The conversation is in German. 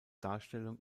darstellung